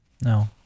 No